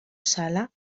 sala